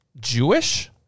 Jewish